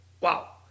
wow